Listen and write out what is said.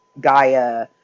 gaia